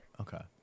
Okay